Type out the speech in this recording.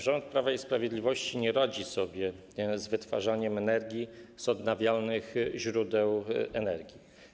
Rząd Prawa i Sprawiedliwości nie radzi sobie z wytwarzaniem energii z odnawialnych źródeł energii.